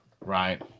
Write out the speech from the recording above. right